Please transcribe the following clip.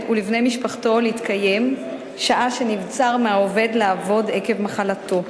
ולבני משפחתו להתקיים שעה שנבצר מהעובד לעבוד עקב מחלתו.